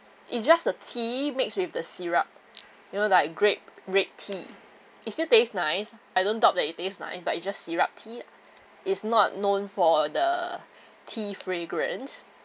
it's just a tea mixed with the syrup you know like grape red tea it still taste nice I don't doubt that it taste nice but it just syrup tea is not known for the tea fragrance